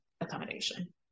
accommodation